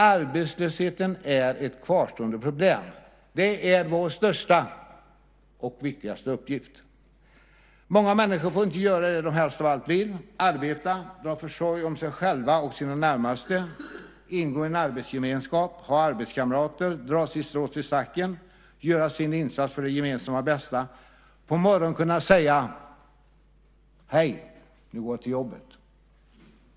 Arbetslösheten är ett kvarstående problem. Det är vår största och viktigaste uppgift. Många människor får inte göra det de helst av allt vill; arbeta, dra försorg om sig själva och sina närmaste, ingå i en arbetsgemenskap, ha arbetskamrater, dra sitt strå till stacken, göra sin insats för det gemensamma bästa och på morgonen kunna säga: Hej, nu går jag till jobbet.